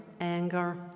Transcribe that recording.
anger